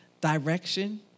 direction